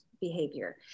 behavior